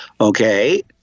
Okay